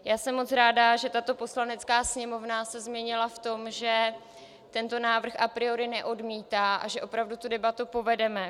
Já jsem moc ráda, že tato Poslanecká sněmovna se změnila v tom, že tento návrh a priori neodmítá a že opravdu debatu povedeme.